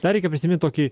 dar reikia prisiminti tokį